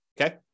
Okay